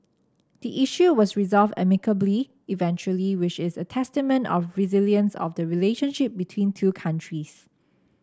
the issue was resolved amicably eventually which is a testament of resilience of the relationship between two countries